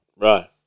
Right